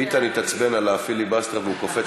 ביטן התעצבן על הפיליבסטר והוא קופץ